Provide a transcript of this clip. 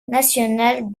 national